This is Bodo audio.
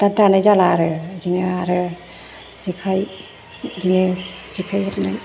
दा दानाय जाला आरो इदिनो आरो जेखाय इदिनो जेखाय हेबनाय